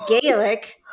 Gaelic